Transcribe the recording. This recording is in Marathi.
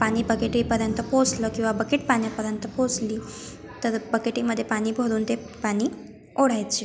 पाणी बकेटीपर्यंत पोचलं किंवा बकेट पाण्यापर्यंत पोचली तर बकेटीमधे पाणी भरून ते पाणी ओढायची